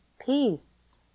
Peace